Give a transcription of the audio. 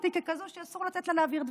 אותי ככזאת שאסור לתת לה להעביר דברים.